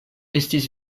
estis